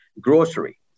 Grocery